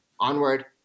onward